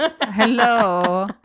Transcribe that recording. Hello